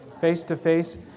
Face-to-face